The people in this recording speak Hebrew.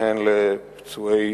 והן לפצועי